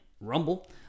Rumble